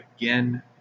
again